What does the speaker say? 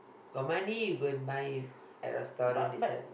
got money you go and buy at restaurant this one